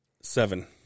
Seven